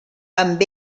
amb